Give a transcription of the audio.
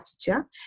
teacher